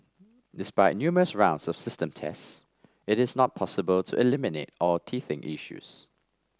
despite numerous rounds of system tests it is not possible to eliminate all teething issues